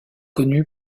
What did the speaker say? connue